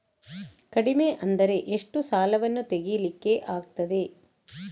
ಕಡಿಮೆ ಅಂದರೆ ಎಷ್ಟು ಸಾಲವನ್ನು ತೆಗಿಲಿಕ್ಕೆ ಆಗ್ತದೆ?